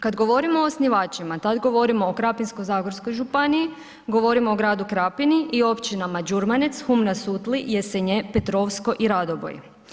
Kad govorimo o osnivačima tad govorimo o Krapinsko-zagorskoj županiji, govorimo o gradu Krapini i općinama Đurmanec, Hum na Sutli, Jesenje, Petrovsko i Radoboj.